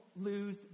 lose